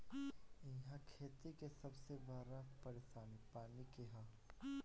इहा खेती के सबसे बड़ परेशानी पानी के हअ